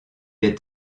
est